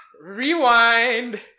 Rewind